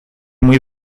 muy